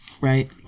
right